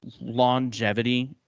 longevity